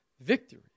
victory